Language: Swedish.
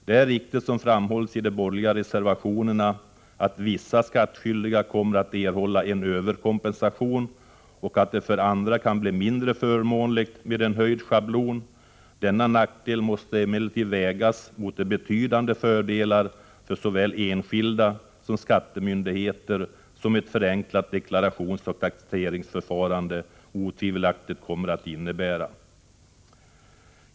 Det är riktigt, som framhålls i den borgerliga reservationen, att vissa skattskyldiga kommer att erhålla en överkompensation och att det för andra kan bli mindre förmånligt med en höjd schablon. Denna nackdel måste emellertid vägas mot de betydande fördelar för såväl enskilda som skattemyndigheter som ett förenklat deklarationsoch taxeringsförfarande otvivelaktigt kommer att innebära.